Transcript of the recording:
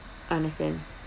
understand